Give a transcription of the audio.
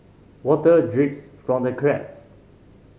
water drips from the cracks